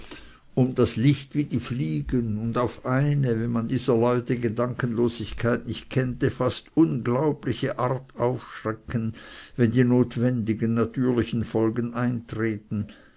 um das licht wie die fliegen und auf eine wenn man dieser leute gedankenlosigkeit nicht kennte fast unglaubliche art aufschrecken wenn die notwendigen natürlichen folgen eintreten